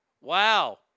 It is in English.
Wow